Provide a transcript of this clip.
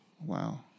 Wow